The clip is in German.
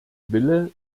wille